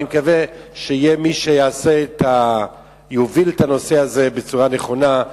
אני מקווה שיהיה מי שיוביל את הנושא הזה בצורה נכונה,